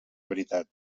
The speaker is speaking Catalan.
veritat